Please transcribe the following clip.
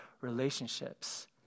relationships